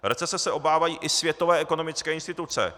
Recese se obávají i světové ekonomické instituce.